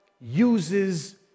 uses